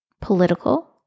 political